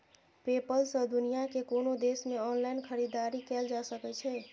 PayPal सं दुनिया के कोनो देश मे ऑनलाइन खरीदारी कैल जा सकै छै